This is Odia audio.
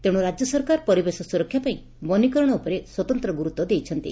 ତେଶୁ ରାଜ୍ୟ ସରକାର ପରିବେଶ ସୁରକ୍ଷା ପାଇଁ ବନୀକରଣ ଉପରେ ସ୍ୱତନ୍ତ ଗୁରୁତ୍ୱ ଦେଇଛନ୍ତି